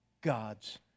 gods